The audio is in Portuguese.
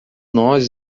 nós